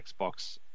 Xbox